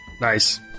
Nice